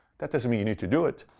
that doesn't mean you need to do it.